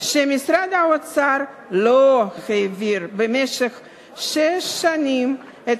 שמשרד האוצר לא העביר במשך שש שנים את